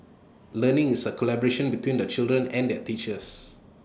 learning is A collaboration between the children and their teachers